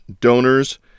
donors